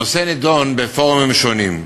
הנושא נדון בפורומים שונים,